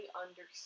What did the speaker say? understand